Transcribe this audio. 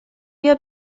بیا